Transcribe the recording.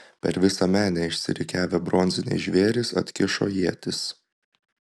per visą menę išsirikiavę bronziniai žvėrys atkišo ietis